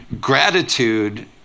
gratitude